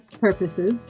purposes